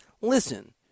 listen